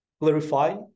clarify